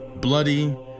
bloody